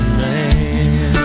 man